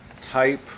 type